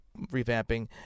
revamping